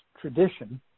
tradition